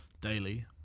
daily